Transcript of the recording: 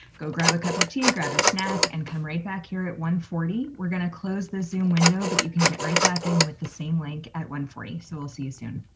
go grab a cup of tea, grab a snack, and come right back here at one forty. we're gonna close the zoom window but you can get right back in with the same link at one forty. so we'll see you soon.